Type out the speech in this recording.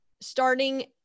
Starting